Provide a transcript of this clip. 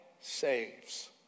saves